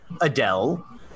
Adele